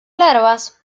larvas